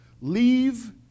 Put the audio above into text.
leave